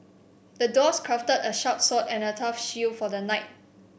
the dwarf crafted a sharp sword and a tough shield for the knight